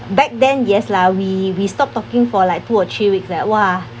back then yes lah we we stop talking for like two or three weeks like !wah!